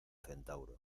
centauro